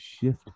shift